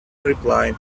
reply